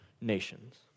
nations